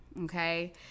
Okay